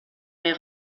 les